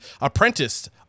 apprentice